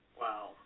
Wow